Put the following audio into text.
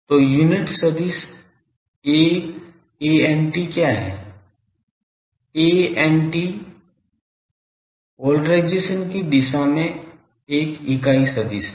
तो यूनिट सदिश aant क्या है aant एंटीना पोलराइजेशन की दिशा में एक इकाई सदिश है